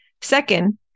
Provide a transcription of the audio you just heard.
Second